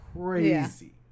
crazy